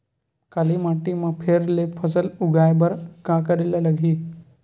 काली माटी म फेर ले फसल उगाए बर का करेला लगही?